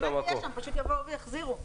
המכונה תהיה שם, פשוט יבואו ויחזירו.